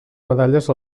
medalles